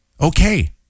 Okay